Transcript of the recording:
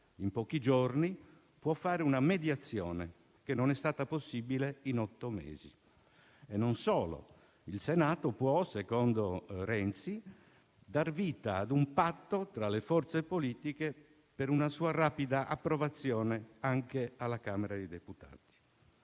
in pochi giorni, può fare una mediazione che non è stata possibile in otto mesi. Non solo. Secondo Renzi, il Senato può dar vita a un patto tra le forze politiche per una rapida approvazione anche alla Camera dei deputati.